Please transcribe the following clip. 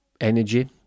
energy